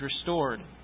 restored